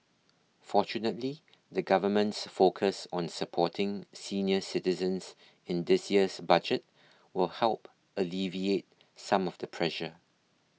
fortunately the government's focus on supporting senior citizens in this year's budget will help alleviate some of the pressure